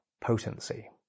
potency